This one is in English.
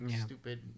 stupid